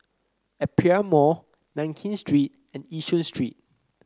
Aperia Mall Nankin Street and Yishun Street